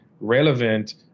relevant